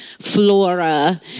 flora